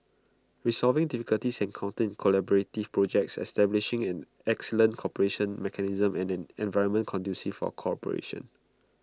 resolving difficulties encountered collaborative projects establishing an excellent cooperation mechanism and an environment conducive for cooperation